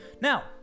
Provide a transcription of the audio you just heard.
Now